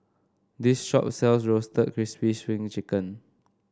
this shop sells Roasted Crispy Spring Chicken